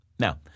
Now